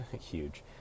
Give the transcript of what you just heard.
huge